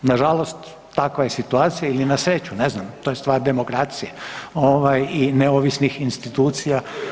Nažalost takva je situacija ili na sreću ne znam, to je stvar demokracije, ovaj i neovisnih institucija.